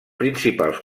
principals